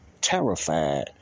terrified